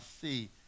see